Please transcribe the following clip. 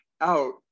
out